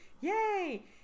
yay